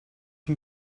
you